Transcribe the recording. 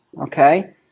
okay